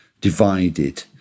divided